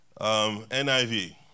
NIV